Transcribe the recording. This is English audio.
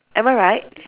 am I right